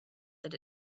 that